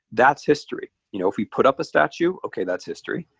that's history. you know if we put up a statue, okay, that's history.